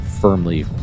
firmly